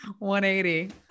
180